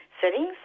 settings